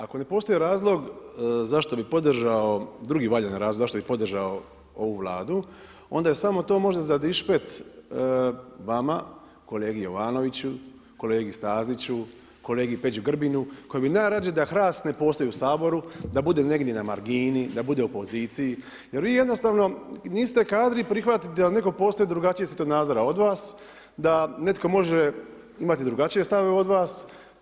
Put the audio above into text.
Ako ne postoji razlog zašto bi podržao, drugi valjani razlog zašto bi podržao ovu Vladu, onda je samo to može za dišpet, vama, kolegi Jovanoviću, kolegi Staziću, kolegi Peđi Grbinu, koji bi najrađe da HRAST ne postoji u Saboru, da bude negdje na margini, da budi u opoziciji, jer vi jednostavno niste kadri prihvatiti da netko postoji drugačiji svjetonazor od vas, da netko može imati drugačije stavove od vas.